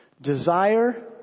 Desire